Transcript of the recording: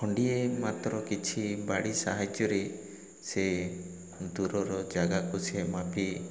ଖଣ୍ଡିଏ ମାତ୍ର କିଛି ବାଡ଼ି ସାହାଯ୍ୟରେ ସେ ଦୂରର ଜାଗାକୁ ସେ ମାପି